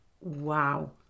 Wow